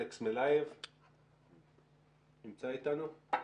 אלכס מלייב נמצא איתנו?